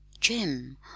Jim